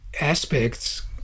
aspects